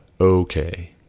okay